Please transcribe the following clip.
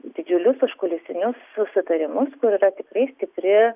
didžiulius užkulisinius susitarimus kur yra tikrai stipri